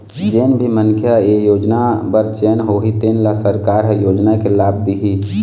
जेन भी मनखे ह ए योजना बर चयन होही तेन ल सरकार ह योजना के लाभ दिहि